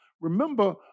remember